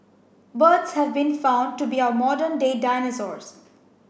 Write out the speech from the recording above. birds have been found to be our modern day dinosaurs